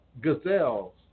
gazelles